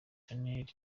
shanel